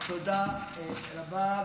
תודה רבה.